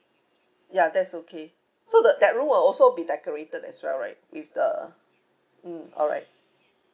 ya that is okay so the that room will also be decorated as well right with the mm alright